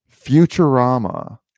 futurama